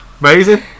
Amazing